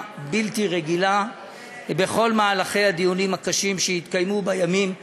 בלתי רגילה בכל מהלכי הדיונים הקשים שהתקיימו בימים ובלילות.